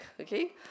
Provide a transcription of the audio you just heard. okay